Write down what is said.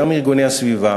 גם ארגוני הסביבה,